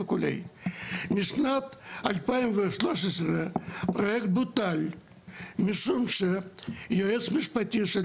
משנת 2013 הפרויקט בוטל משום שהיועץ המשפטי של